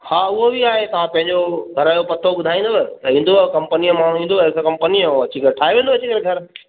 हा उहो बि आहे तव्हां पंहिंजो घर जो पतो ॿुधाईंदव त ईंदुव कंपनीअ जो माण्हू ईंदुव एसर कंपनीअ जो ऐं अची करे ठाहे वेंदुव अची करे घरु